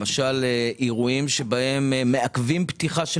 למשל אירועים שבהם מעכבים פתיחה של